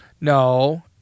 No